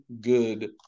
good